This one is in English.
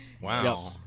Wow